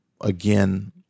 again